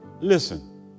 Listen